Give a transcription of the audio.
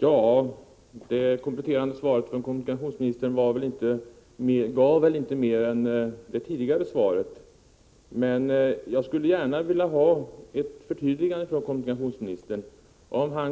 Herr talman! Kommunikationsministerns kompletterande svar gav väl inte mer än det tidigare svaret. Jag skulle emellertid gärna vilja ha ett förtydligande, om kommunikationsministern